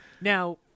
now